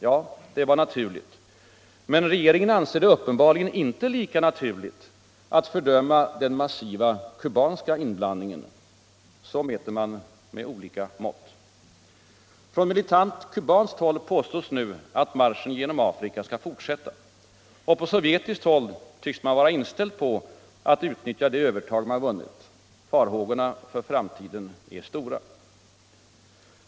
Ja, det var naturligt, men regeringen anser det uppenbarligen inte lika naturligt att fördöma den massiva kubanska inblandningen. Så mäter man med olika mått. Från militant kubanskt håll påstås nu att marschen genom Afrika skall fortsättas, och på sovjetiskt håll tycks man vara inställd på att utnyttja det övertag man vunnit. Farhågorna för framtiden är stora.